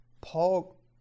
Paul